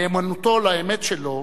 נאמנותו לאמת שלו